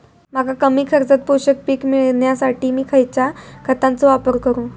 मका कमी खर्चात पोषक पीक मिळण्यासाठी मी खैयच्या खतांचो वापर करू?